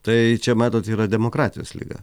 tai čia matot yra demokratijos liga